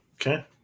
Okay